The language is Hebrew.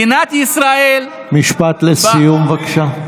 מדינת ישראל, משפט לסיום, בבקשה.